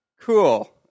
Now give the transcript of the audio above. cool